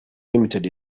ltd